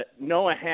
Noah